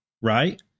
Right